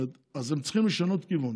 אז הם צריכים לשנות כיוון.